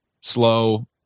slow